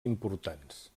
importants